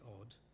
odd